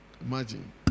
Imagine